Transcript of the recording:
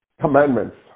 commandments